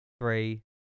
three